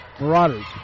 Marauders